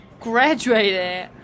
graduated